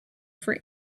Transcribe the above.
for